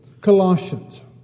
Colossians